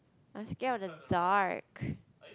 I'm scared of the dark